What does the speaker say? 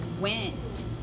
went